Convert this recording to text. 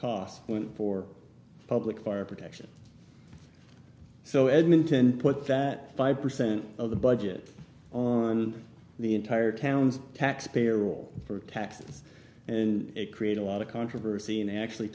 cost went for public fire protection so edmonton put that five percent of the budget on the entire towns taxpayer role for taxes and create a lot of controversy and actually